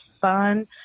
fun